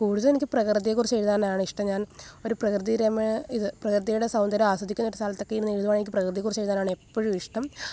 കൂടുതൽ എനിക്ക് പ്രകൃതിയെക്കുറിച്ച് എഴുതാനാണിഷ്ടം ഞാന് ഒരു പ്രകൃതിരമേ ഇത് പ്രകൃതിയുടെ സൗന്ദര്യം ആസ്വദിക്കാനായിട്ട് സ്ഥലത്തൊക്കെ ഇരുന്ന് എഴുതുവാണെ എനിക്ക് പ്രകൃതിയെക്കുറിച്ചെഴുതാനാണ് എപ്പോഴും ഇഷ്ടം